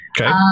okay